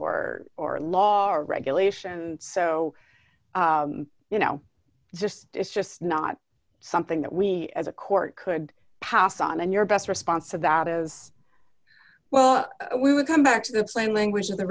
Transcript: or or law or regulation so you know it's just it's just not something that we as a court could pass on and your best response to that is well we would come back to the plain language